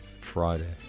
Friday